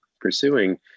pursuing